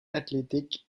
athletic